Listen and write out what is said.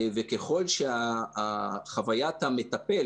וככל שחוויית המטפל,